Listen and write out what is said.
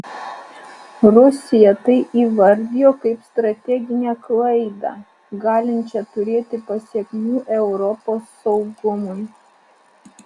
rusija tai įvardijo kaip strateginę klaidą galinčią turėti pasekmių europos saugumui